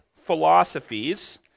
philosophies